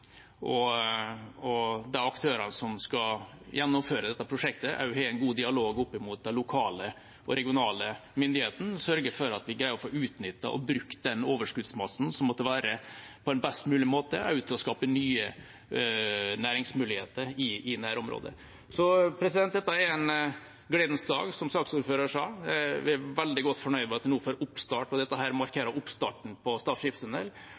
aktørene som skal gjennomføre dette prosjektet, har god dialog med de lokale og regionale myndighetene og sørger for at man greier å utnytte og bruke den overskuddsmassen som måtte være der, på en best mulig måte, også for å skape nye næringsmuligheter i nærområdet. Dette er en gledens dag, som saksordføreren sa. Jeg er veldig godt fornøyd med at dette markerer oppstarten på Stad skipstunnel. Jeg ser fram til åpningsdatoen og